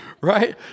Right